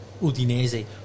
Udinese